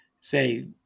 say